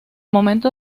momento